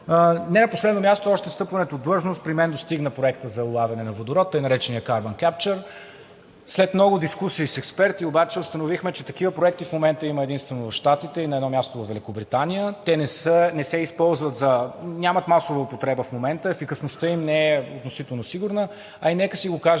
Не на последно място, още с встъпването в длъжност при мен достигна Проектът за улавяне на водород, тъй нареченият Carbon Capture. След много дискусии с експерти обаче установихме, че такива проекти в момента има единствено в Щатите и на едно място във Великобритания. Те нямат масова употреба в момента, ефикасността им не е относително сигурна, а и нека си го кажем